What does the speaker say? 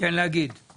כן, להגיד.